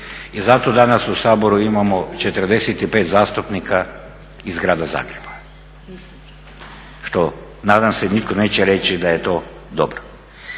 i zato danas u Saboru imamo 45 zastupnika iz Grada Zagreba što nadam se nitko neće reći da je to dobro.